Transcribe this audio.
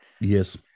Yes